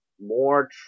more